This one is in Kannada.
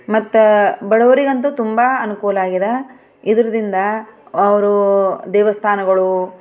ಮತ್ತು ಬಡವರಿಗಂತೂ ತುಂಬ ಅನುಕೂಲ ಆಗೆದ ಇದರ್ದಿಂದ ಅವರು ದೇವಸ್ಥಾನಗಳು